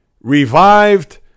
revived